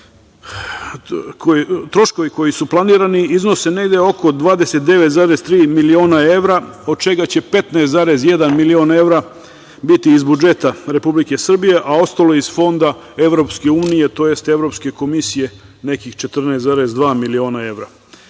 godine. Troškovi koji su planirani iznose negde oko 29,3 miliona evra, od čega će 15,1 milion evra biti iz budžeta Republike Srbije, a ostalo iz fonda EU, tj. Evropske komisije, nekih 14,2 miliona evra. Rekao